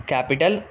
Capital